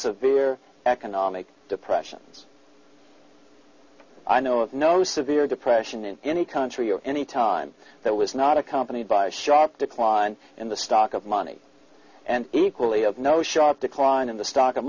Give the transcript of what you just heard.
severe economic depressions i know of no severe depression in any country of any time that was not accompanied by a sharp decline in the stock of money and equally of no sharp decline in the stock of